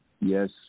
Yes